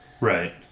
Right